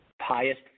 highest